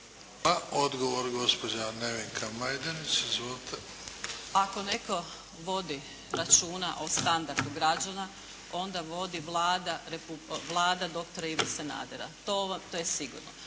**Majdenić, Nevenka (HDZ)** Ako netko vodi računa o standardu građana onda vodi Vlada doktora Ive Sanadera. To je sigurno.